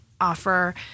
offer